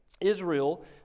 Israel